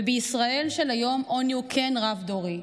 ובישראל של היום עוני הוא כן רב-דורי.